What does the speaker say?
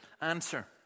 answer